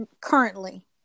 currently